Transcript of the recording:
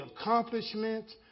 accomplishments